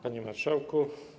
Panie Marszałku!